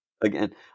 Again